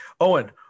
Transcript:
Owen